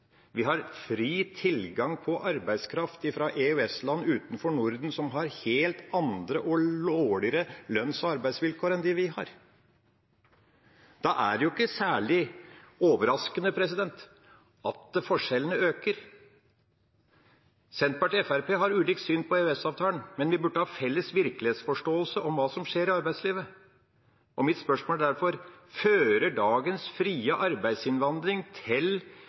har fri tilgang på arbeidskraft fra EØS-land utenfor Norden som har helt andre og dårligere lønns- og arbeidsvilkår enn dem vi har. Da er det ikke særlig overraskende at forskjellene øker. Senterpartiet og Fremskrittspartiet har ulikt syn på EØS-avtalen, men vi burde ha en felles virkelighetsforståelse av hva som skjer i arbeidslivet. Mitt spørsmål er derfor: Fører dagens frie arbeidsinnvandring til